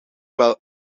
wel